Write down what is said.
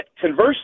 conversely